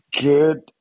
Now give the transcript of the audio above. Good